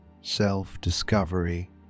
self-discovery